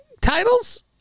titles